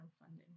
funding